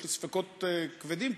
יש לי ספקות כבדים,